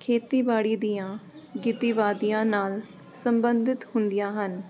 ਖੇਤੀਬਾੜੀ ਦੀਆਂ ਗਿਤੀਬਾਦੀਆਂ ਨਾਲ ਸੰਬੰਧਿਤ ਹੁੰਦੀਆਂ ਹਨ